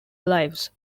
lives